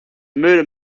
murder